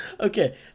okay